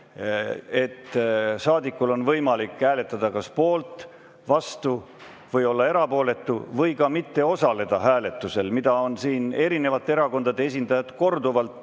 et saadikul on võimalik hääletada kas poolt, vastu või olla erapooletu või ka mitte osaleda hääletusel, mida on erinevate erakondade esindajad korduvalt